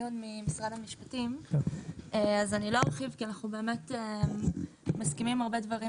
לא ארחיב כי אנו מסכימים עם הרבה דברים